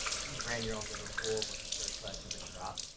you ran your own middle school, what's the first class you would drop